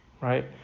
right